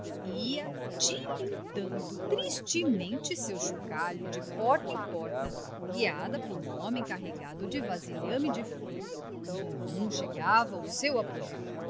ia tilintando tristemente o seu chocalho de porta em porta guiada por um homem carregado de vasilhame de folha o zunzum chegava ao seu apogeu